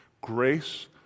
Grace